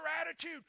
attitude